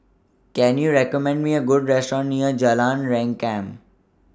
Can YOU recommend Me A Good Restaurant near Jalan Rengkam